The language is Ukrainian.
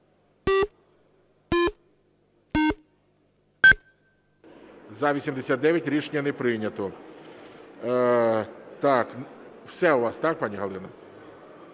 За-89 Рішення не прийнято. Все у вас, так, пані Галино?